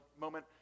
moment